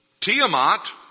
Tiamat